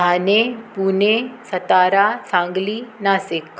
Thane Pune Satara Sangli Nashik